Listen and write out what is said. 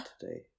today